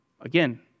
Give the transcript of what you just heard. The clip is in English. Again